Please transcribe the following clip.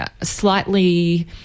slightly